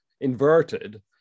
inverted